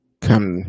come